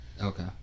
okay